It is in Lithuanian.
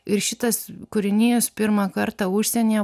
ir šitas kūrinys pirmą kartą užsienyje